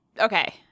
Okay